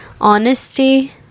honesty